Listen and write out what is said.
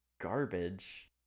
garbage